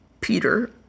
Peter